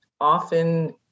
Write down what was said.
often